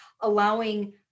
allowing